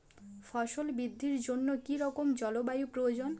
ফসল বৃদ্ধির জন্য কী রকম জলবায়ু প্রয়োজন?